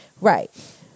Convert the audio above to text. Right